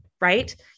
right